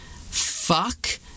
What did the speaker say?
fuck